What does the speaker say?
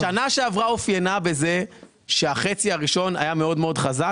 שנה שעברה אופיינה בזה שהחצי הראשון היה מאוד חזק,